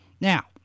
Now